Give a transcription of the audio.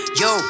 yo